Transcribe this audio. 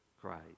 Christ